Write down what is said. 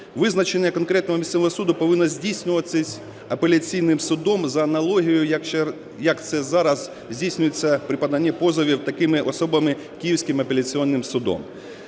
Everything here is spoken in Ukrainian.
Визначення конкретного місцевого суду повинно здійснюватись апеляційним судом за аналогією, як це зараз здійснюється при поданні позовів такими особами Київським апеляційним судом.